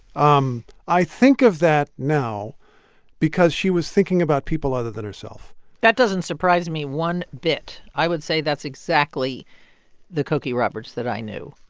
um i think of that now because she was thinking about people other than herself that doesn't surprise me one bit. i would say that's exactly the cokie roberts that i knew.